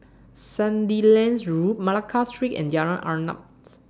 Sandilands Road Malacca Street and Jalan Arnaps